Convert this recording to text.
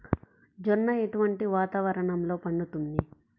జొన్న ఎటువంటి వాతావరణంలో పండుతుంది?